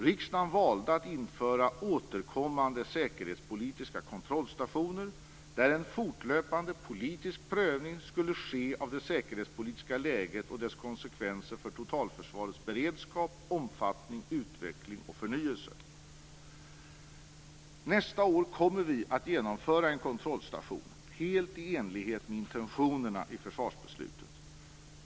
Riksdagen valde att införa återkommande säkerhetspolitiska kontrollstationer, där en fortlöpande politisk prövning skulle ske av det säkerhetspolitiska läget och dess konsekvenser för totalförsvarets beredskap, omfattning, utveckling och förnyelse. Nästa år kommer vi att genomföra en kontrollstation - helt i enlighet med intentionerna i försvarsbeslutet.